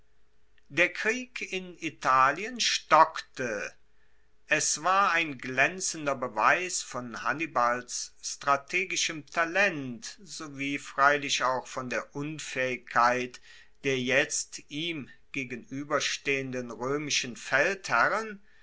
der krieg in italien stockte es war ein glaenzender beweis von hannibals strategischem talent sowie freilich auch von der unfaehigkeit der jetzt ihm gegenueberstehenden roemischen feldherren